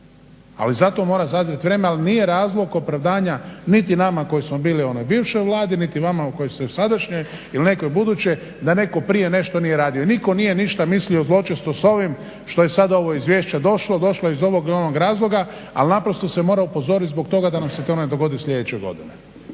Ali zato mora sazrijeti vrijeme, ali nije razlog opravdanja niti nama koji smo bili u onoj bivšoj Vladi niti vama koji ste u sadašnjoj ili nekoj budućoj da netko prije nešto nije radio. Nitko nije ništa mislio zločesto s ovim što je sad ovo izvješće došlo. Došlo je iz ovog ili onog razloga ali naprosto se mora upozoriti zbog toga da nam se to ne dogodi sljedeće godine.